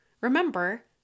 Remember